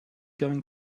going